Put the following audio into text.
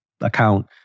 account